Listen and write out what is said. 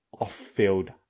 off-field